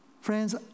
Friends